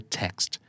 text